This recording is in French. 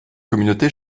communauté